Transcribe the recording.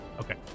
Okay